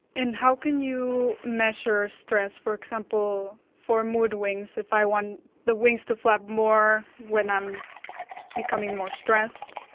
and how can you measure stress? for example, for moodwings, if i want the wings to flap more when i'm becoming more stressed.